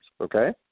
okay